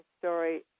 story